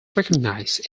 recognise